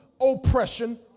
oppression